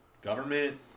government